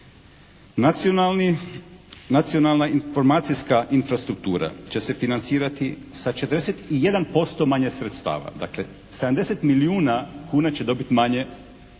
Nacionalna informacijska infrastruktura će se financirati sa 41% manje sredstava. Dakle, 70 milijuna kuna će dobiti manje taj